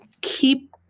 keep